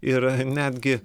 ir netgi